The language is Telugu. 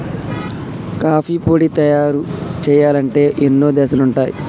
కాఫీ పొడి తయారు చేయాలంటే ఎన్నో దశలుంటయ్